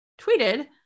tweeted